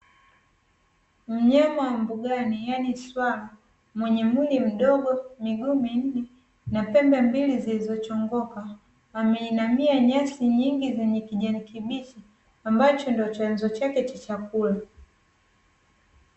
Mnyama wa mbugani yaani swala mwenye mwili mdogo miguu minne na pembe mbili zilizo chongoka, ameinamia nyasi nyingi zenye kijani kibichi ambacho ndo chanzo chake cha chakula.